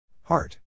Heart